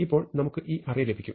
ഇപ്പോൾ നമുക്ക് ഈ അറേ ലഭിക്കും